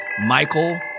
Michael